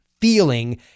feeling